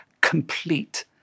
complete